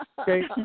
Okay